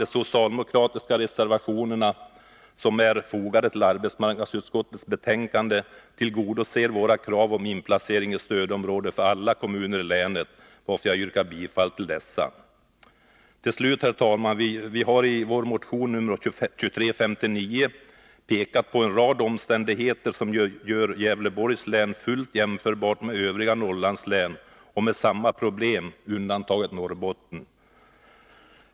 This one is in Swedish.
De socialdemokratiska reservationerna, som är fogade till arbetsmarknadsutskottets betänkande, tillgodoser våra krav på inplacering i stödområde för alla kommuner i länet, varför jag yrkar bifall till dessa reservationer. Till slut, herr talman! Vi har i motion nr 2359 pekat på en rad omständigheter, som gör Gävleborgs län fullt jämförbart med övriga Norrlandslän. Länet har samma problem som de med undantag för Norrbottens län.